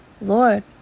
Lord